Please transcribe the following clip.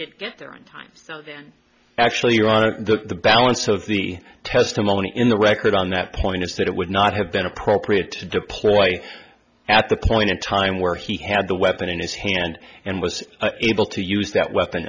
did get there and i'm actually here on the balance of the testimony in the record on that point is that it would not have been appropriate to deploy at the point in time where he had the weapon in his hand and was able to use that weapon